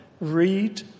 read